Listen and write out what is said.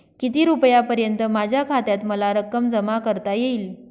किती रुपयांपर्यंत माझ्या खात्यात मला रक्कम जमा करता येईल?